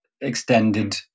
extended